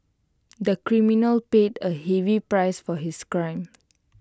the criminal paid A heavy price for his crime